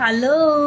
Hello